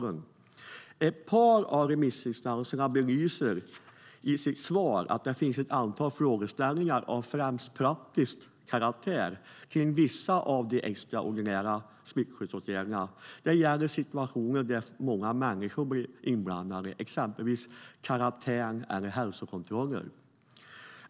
Ett par av remissinstanserna belyser i sitt svar att det finns ett antal frågeställningar av främst praktisk karaktär kring vissa av de extraordinära smittskyddsåtgärderna. Det gäller situationer där många människor blir inblandade, exempelvis karantän och hälsokontroller.